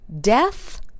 death